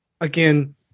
Again